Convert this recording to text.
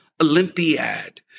Olympiad